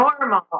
normal